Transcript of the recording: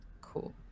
cool